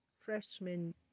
freshman